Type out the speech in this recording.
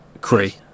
Cree